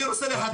אני רוצה לחתן.